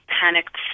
panicked